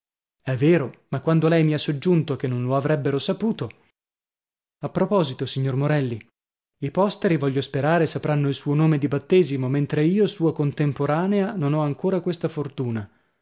è vero ma quando lei mi ha soggiunto che non lo avrebbero saputo a proposito signor morelli i posteri voglio sperare sapranno il suo nome di battesimo mentre io sua contemporanea non ho ancora questa fortuna